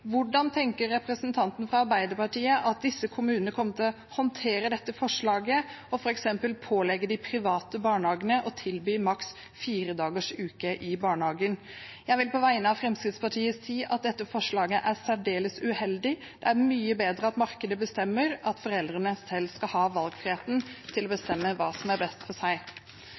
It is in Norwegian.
Hvordan tenker representanten fra Arbeiderpartiet at disse kommunene kommer til å håndtere dette forslaget – f.eks. pålegge de private barnehagene å tilby maks fire dagers uke i barnehagen? Jeg vil på vegne av Fremskrittspartiet si at dette forslaget er særdeles uheldig. Det er mye bedre at markedet bestemmer, at foreldrene selv skal ha valgfrihet til å bestemme hva som er best for seg.